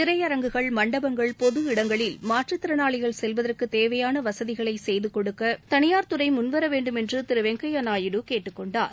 திரையரங்குகள் மண்டபங்கள் பொது இடங்களில் மாற்றுத்திறனாளிகள் செல்வதற்குத் தேவையான வசதிகளை செய்து கொடுக்க தனியாா் துறை முன்வர வேண்டுமென்று திரு வெங்கப்யா நாயுடு கேட்டுக் கொண்டார்